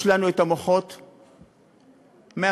יש לנו מוחות מהטובים,